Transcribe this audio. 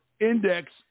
index